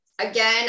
Again